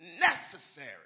necessary